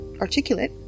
articulate